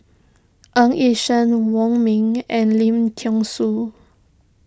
Ng Yi Sheng Wong Ming and Lim thean Soo